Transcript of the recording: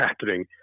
happening